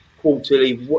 quarterly